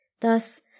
Thus